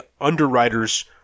underwriters